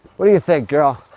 what do you think, girl?